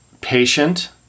patient